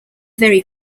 very